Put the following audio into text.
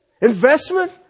Investment